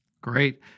Great